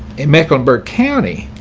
in mecklenburg county